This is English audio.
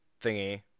thingy